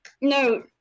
no